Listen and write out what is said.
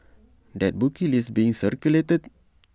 that bookie list being circulated